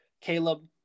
Caleb